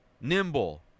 nimble